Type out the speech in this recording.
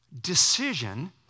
decision